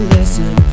Listen